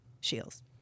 Shields